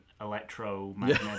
electromagnetic